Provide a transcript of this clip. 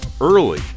early